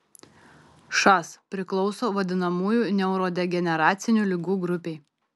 šas priklauso vadinamųjų neurodegeneracinių ligų grupei